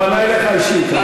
הוא פנה אליך אישית.